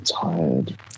tired